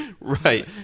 Right